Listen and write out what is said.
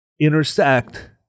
intersect